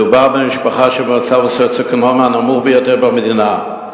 מדובר במשפחה במצב הסוציו-אקונומי הנמוך ביותר במדינה.